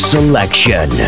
Selection